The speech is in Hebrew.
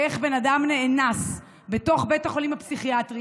איך בן אדם נאנס בתוך בית חולים פסיכיאטרי